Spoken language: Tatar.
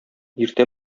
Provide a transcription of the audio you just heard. иртә